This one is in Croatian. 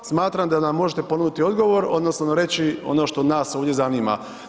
Smatram da nam možete ponuditi odgovor, odnosno reći ono što nas ovdje zanima.